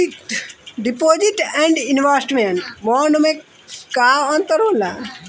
Deposit and investment bond मे का अंतर होला?